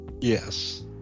Yes